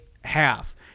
half